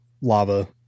lava